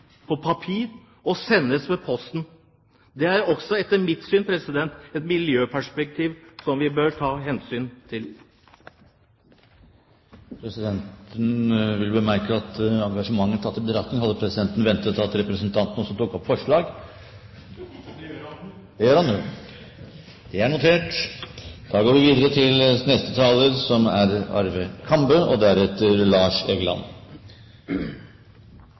på papir og sendes med posten. Det er også etter mitt syn et miljøperspektiv som vi bør ta hensyn til. Presidenten vil bemerke at engasjementet tatt i betraktning, hadde presidenten ventet at representanten også tok opp forslag. Det gjør han nu! Jeg tar opp de forslagene Fremskrittspatiet står bak. Det er notert.